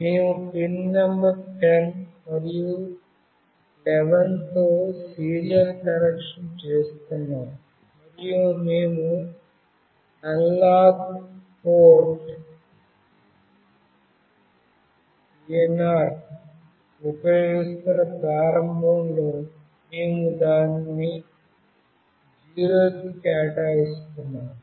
మేము pin number 10 మరియు 11 తో సీరియల్ కనెక్షన్ చేస్తున్నాము మరియు మేము అనలాగ్ పోర్ట్ A0 ఉపయోగిస్తున్న ప్రారంభంలో మేము దానిని 0 కి కేటాయిస్తున్నాము